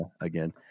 again